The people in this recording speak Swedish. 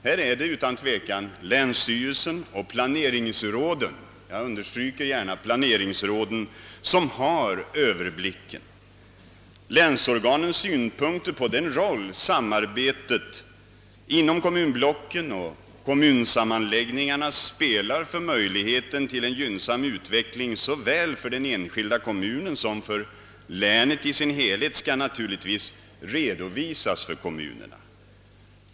Här är det utan tvekan länsstyrelsen och planeringsråden som har överblicken, Länsorganens synpunkter på den roll, som samarbetet inom kommunblocken och kommunsammanläggningarna spelar för möjligheter till en gynnsam utveckling såväl för den enskilda kommunen som för länet i dess helhet, skall naturligtvis redovisas för kommunerna.